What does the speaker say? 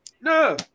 No